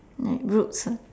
like roots lah